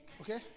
Okay